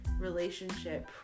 relationship